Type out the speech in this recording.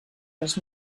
les